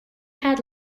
had